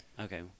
Okay